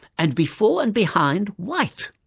and before and behind white.